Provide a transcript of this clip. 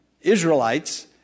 Israelites